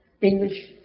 English